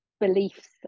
beliefs